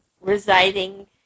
residing